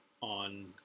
on